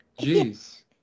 Jeez